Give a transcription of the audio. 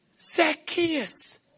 Zacchaeus